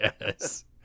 Yes